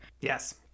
Yes